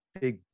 big